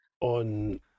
on